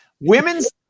Women's